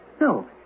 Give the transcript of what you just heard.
No